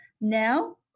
now